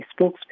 spokesperson